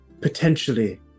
potentially